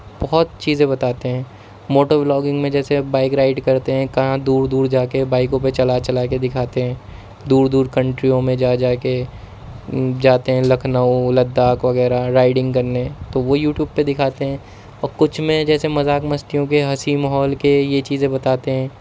بہت چیزیں بتاتے ہیں موٹو ولاگنگ میں جیسے بائک رائڈ کرتے ہیں کہاں دور دور جا کے بائکوں پہ چلا چلا کے دکھاتے ہیں دور دور کنٹریوں میں جا جا کے جاتے ہیں لکھنؤ لداخ وغیرہ رائڈنگ کرنے تو وہ یوٹیوب پہ دکھاتے ہیں اور کچھ میں جیسے مذاق مستیوں کے ہنسی ماحول کے یہ چیزیں بتاتے ہیں